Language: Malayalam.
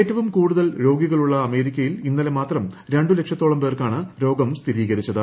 ഏറ്റവും കൂടുതൽ രോഗികളുള്ള അമേരിക്കയിൽ ഇന്നലെ മാത്രം രണ്ട് ലക്ഷത്തോളം പേർക്കാണ് രോഗം സ്ഥിരീകരിച്ചത്